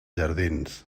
jardins